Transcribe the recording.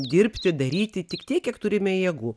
dirbti daryti tik tiek kiek turime jėgų